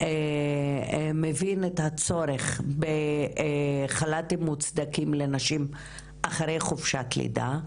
מבין את הצורך בחל"תים מוצדקים לנשים אחרי חופשת לידה.